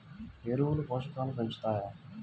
ఎరువులు పోషకాలను పెంచుతాయా?